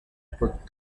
put